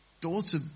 daughter